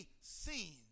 seen